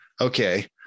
Okay